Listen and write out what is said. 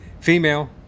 Female